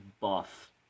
buff